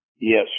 yes